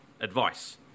advice